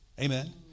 Amen